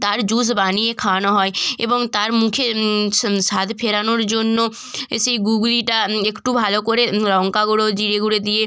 তার জুস বানিয়ে খাওয়ানো হয় এবং তার মুখে স্ স্বাদ ফেরানোর জন্য এ সেই গুগলিটা একটু ভালো করে লঙ্কা গুঁড়ো জিরে গুঁড়ো দিয়ে